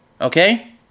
Okay